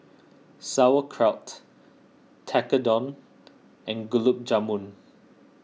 Sauerkraut Tekkadon and Gulab Jamun